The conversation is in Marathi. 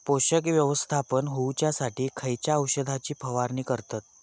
पोषक व्यवस्थापन होऊच्यासाठी खयच्या औषधाची फवारणी करतत?